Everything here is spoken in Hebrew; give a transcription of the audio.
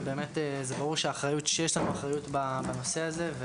ובאמת ברור שיש לנו אחריות בנושא הזה.